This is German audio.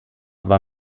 war